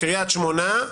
קרית שמונה,